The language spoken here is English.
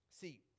See